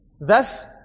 Thus